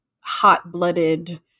hot-blooded